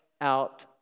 out